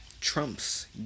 Trump's